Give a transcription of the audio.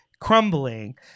crumbling